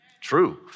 True